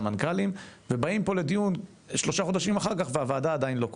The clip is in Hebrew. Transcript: המנכ"לים ובאים פה לדיון שלושה חודשים אחר כך והוועדה עדיין לא כונסה,